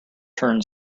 turn